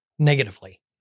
negatively